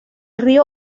río